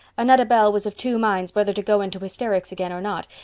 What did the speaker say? annetta bell was of two minds whether to go into hysterics again or not,